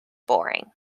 boring